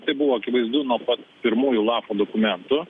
tai buvo akivaizdu nuo pat pirmųjų lapų dokumentų